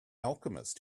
alchemist